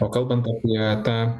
o kalbant apie tą